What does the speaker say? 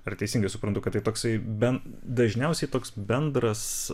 ar teisingai suprantu kad tai toksai ben dažniausiai toks bendras